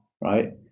Right